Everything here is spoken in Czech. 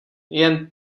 jen